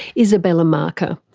isabella marker,